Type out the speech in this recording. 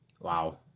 Wow